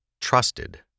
trusted